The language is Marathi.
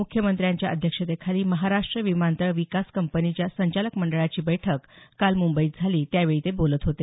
मुख्यमंत्र्यांच्या अध्यक्षतेखाली महाराष्ट्र विमानतळ विकास कंपनीच्या संचालक मंडळाची बैठक काल मुंबईत झाली त्यावेळी ते बोलत होते